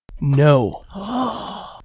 No